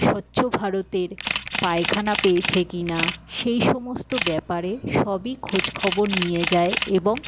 স্বচ্ছ ভারতের পায়খানা পেয়েছে কিনা সেই সমস্ত ব্যাপারে সবই খোঁজখবর নিয়ে যায় এবং